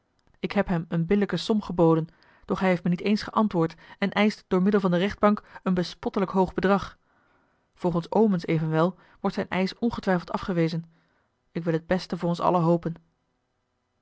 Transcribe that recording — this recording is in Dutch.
ik heb hem eene billijke som geboden doch hij heeft me niet eens geantwoord en eischt door middel van de rechtbank een bespottelijk hoog bedrag volgens omens evenwel wordt zijn eisch ongetwijfeld afgewezen ik wil het beste voor ons allen hopen